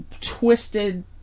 twisted